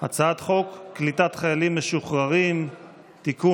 הצעת חוק קליטת חיילים משוחררים (תיקון,